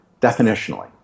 definitionally